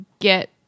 get